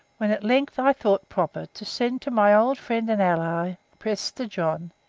when at length i thought proper to send to my old friend and ally, prester john,